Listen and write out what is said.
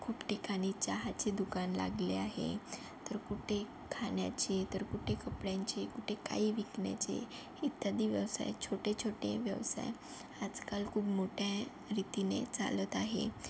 खूप ठिकाणी चहाचे दुकान लागले आहे तर कुठे खाण्याचे तर कुठे कपड्यांचे कुठे काही विकण्याचे इत्यादी व्यवसाय छोटे छोटे व्यवसाय आजकाल खूप मोठ्या रीतीने चालत आहेत